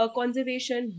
conservation